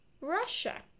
russia